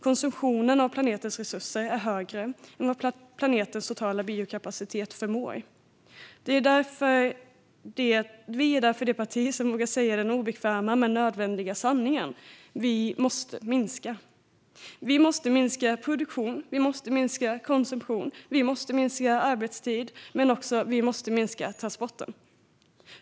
Konsumtionen av planetens resurser är högre än planetens totala biokapacitet. Vi är därför det parti som vågar säga den obekväma men nödvändiga sanningen: Vi måste minska produktion, konsumtion och arbetstid men också minska transporter.